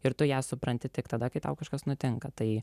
ir tu ją supranti tik tada kai tau kažkas nutinka tai